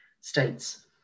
states